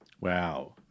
Wow